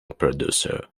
producer